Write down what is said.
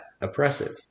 oppressive